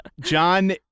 John